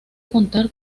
contar